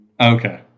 Okay